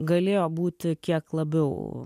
galėjo būti kiek labiau